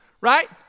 Right